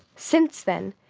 since then,